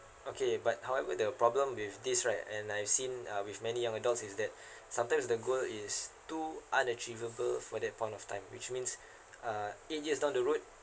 okay but however the problem with this right and I've seen uh with many young adults is that sometimes the goal is to unachievable for that point of time which means uh eight years down the road